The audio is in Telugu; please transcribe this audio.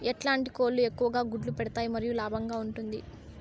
ఎట్లాంటి కోళ్ళు ఎక్కువగా గుడ్లు పెడతాయి మరియు లాభంగా ఉంటుంది?